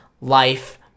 life